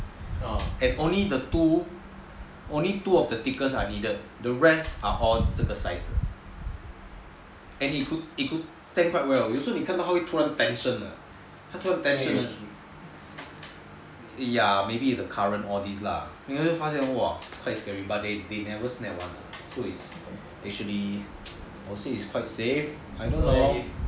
and only the two only two of the thickest are needed the rest are all at the side and it could stand quite well so 你会突然 feel 到那个 tension ya maybe the current all these lah but they never snap [one] so is actually pretty I would say it's quite safe I don't know